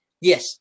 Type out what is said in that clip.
Yes